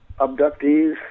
abductees